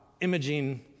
imaging